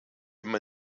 immer